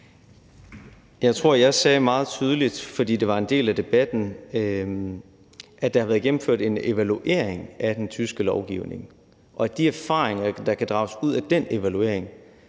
Jeg tror, jeg sagde meget tydeligt – for det var en del af debatten – at der har været gennemført en evaluering af den tyske lovgivning, og at de erfaringer, der kan drages ud af den evaluering,